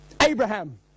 Abraham